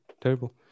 terrible